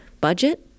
budget